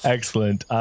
Excellent